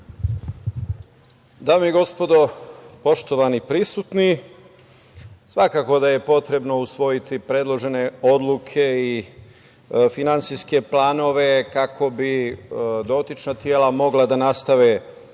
Dame i gospodo, poštovani prisutni, svakako da je potrebno usvojiti predložene odluke i finansijske planove kako bi dotična tela mogla da nastave